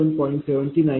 3245 j21